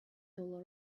dollar